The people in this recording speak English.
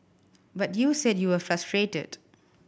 but you said you were frustrated